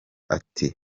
ati